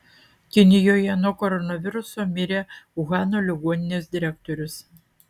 kinijoje nuo koronaviruso mirė uhano ligoninės direktorius